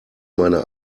meine